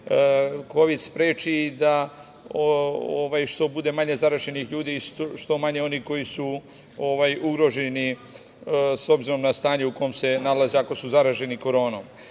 Kovid spreči i da što manje bude zaraženih ljudi i što manje onih koji su ugroženi s obzirom na stanje u kome se nalaze ako su zaraženi koronom. Kažem,